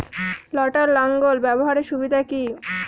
লটার লাঙ্গল ব্যবহারের সুবিধা কি?